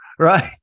Right